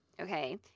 Okay